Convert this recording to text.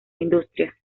industria